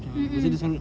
mm mm